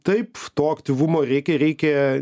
taip to aktyvumo reikia ir reikia